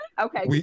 Okay